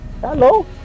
Hello